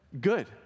good